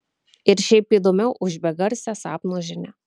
ir šiaip įdomiau už begarsę sapno žinią